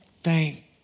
thank